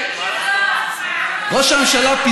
אצלך גם לא נותנים לאנשים לצמוח בסיעה.